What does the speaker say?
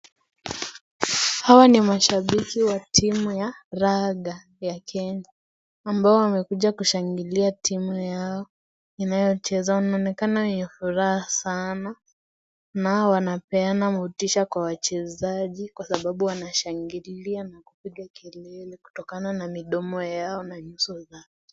Hawa ni mashabiki wa timu ya raga ya kenya ambao wamekuja kushangilia timu yao inayocheza inaonekana ina furaha sana nao wanapeana motisha kwa wachezaji kwa sababu wanashangilia na kupiga kelele kutokana na mdomo yao na nyuso yao.